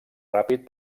ràpid